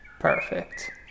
Perfect